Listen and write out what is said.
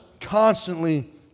constantly